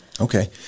Okay